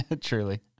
truly